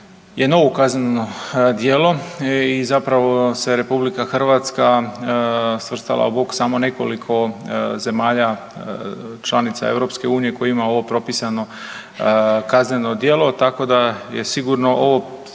je kazneno djelo i zapravo se RH svrstala u bok samo nekoliko zemalja članica EU koji ima ovo propisano kazneno djelo, tako da je sigurno ovo